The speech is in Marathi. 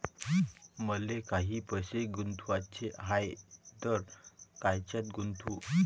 मले काही पैसे गुंतवाचे हाय तर कायच्यात गुंतवू?